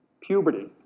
Puberty